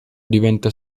diventa